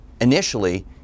initially